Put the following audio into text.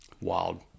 Wild